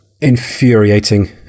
infuriating